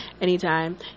anytime